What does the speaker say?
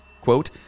Quote